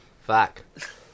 Fuck